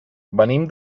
venim